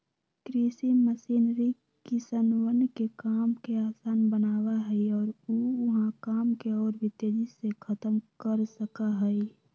कृषि मशीनरी किसनवन के काम के आसान बनावा हई और ऊ वहां काम के और भी तेजी से खत्म कर सका हई